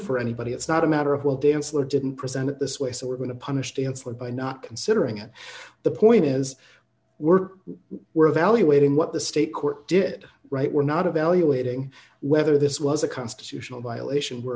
for anybody it's not a matter of well dancer didn't present it this way so we're going to punish the answer by not considering it the point is we're we're evaluating what the state court did right we're not a valuating whether this was a constitutional violation we're